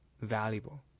valuable